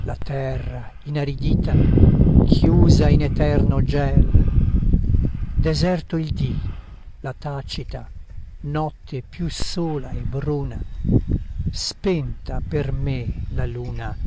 la terra inaridita chiusa in eterno gel deserto il dì la tacita notte più sola e bruna spenta per me la luna